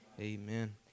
amen